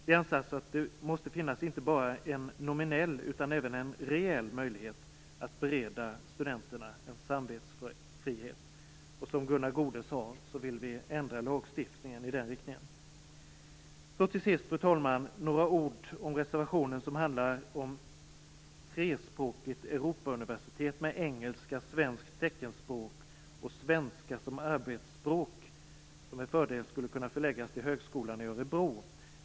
Vi anser alltså att det måste finnas inte bara en nominell utan även en reell möjlighet att bereda studenterna en samvetsfrihet. Som Gunnar Goude sade vill vi ändra lagstiftningen i den riktningen. Till sist, fru talman, några ord om reservationen som handlar om ett trespråkigt Europauniversitet, med engelska, svenskt teckenspråk och svenska som arbetsspråk, som med fördel skulle kunna förläggas till högskolan i Örebro.